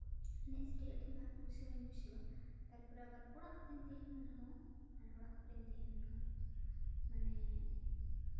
ᱮᱱᱮᱡ ᱥᱮᱨᱮᱧ ᱟᱹᱰᱤ ᱢᱟ ᱠᱩᱥᱤ ᱢᱟᱧ ᱠᱩᱥᱤᱭᱟᱜ ᱛᱟᱨᱯᱚᱨᱮ ᱟᱵᱟᱨ ᱚᱲᱟᱜ ᱠᱚᱨᱮᱧ ᱛᱟᱦᱮᱱ ᱨᱮᱦᱚᱸ ᱚᱲᱟᱜ ᱠᱚᱨᱮᱧ ᱛᱟᱦᱮᱱ ᱨᱮᱦᱚᱸ ᱢᱟᱱᱮ